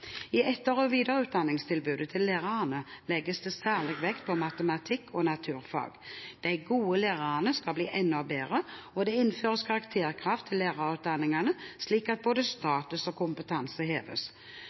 I etter- og videreutdanningstilbudet til lærerne legges det særlig vekt på matematikk og naturfag. De gode lærerne skal bli enda bedre, og det innføres karakterkrav til lærerutdanningene, slik at både status og kompetanse heves.